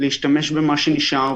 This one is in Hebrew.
להשתמש במה שנשאר,